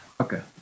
Okay